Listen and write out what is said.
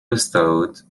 bestowed